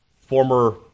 former